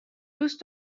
دوست